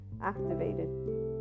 activated